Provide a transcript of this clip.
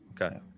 Okay